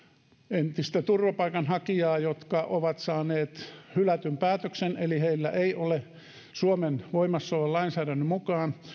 entistä turvapaikanhakijaa jotka ovat saaneet hylätyn päätöksen eli heillä ei ole suomen voimassa olevan lainsäädännön mukaan